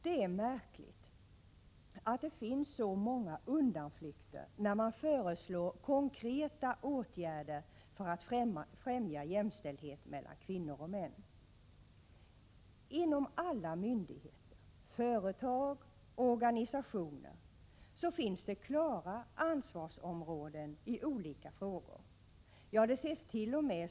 Det är märkligt att det när det gäller jämställdhet mellan kvinnor och män finns så många undanflykter då man föreslår konkreta åtgärder för att främja sådan jämställdhet. Inom alla myndigheter, företag och organisationer finns det klara ansvarsområden i olika frågor. Ja, det sest.o.m.